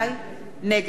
איתן כבל,